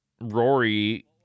Rory